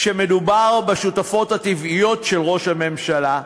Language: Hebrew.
כשמדובר בשותפות הטבעיות של ראש הממשלה,